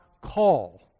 call